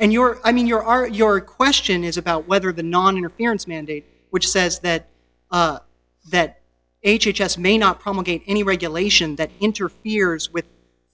and your i mean your are your question is about whether the noninterference mandate which says that that h h s may not promulgate any regulation that interferes with